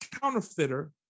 counterfeiter